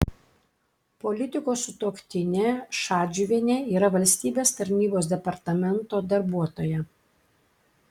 politiko sutuoktinė šadžiuvienė yra valstybės tarnybos departamento darbuotoja